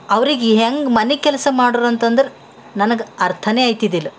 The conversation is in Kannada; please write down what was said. ಅವ್ರಿಗೆ ಹೆಂಗೆ ಮನೆ ಕೆಲಸ ಮಾಡ್ರು ಅಂತಂದ್ರೆ ನನಗೆ ಅರ್ಥನೇ ಆಯ್ತಿದಿಲ್ಲ